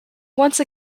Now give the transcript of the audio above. once